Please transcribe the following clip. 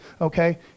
Okay